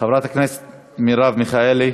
חברת הכנסת מרב מיכאלי?